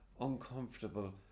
uncomfortable